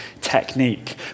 technique